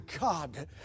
God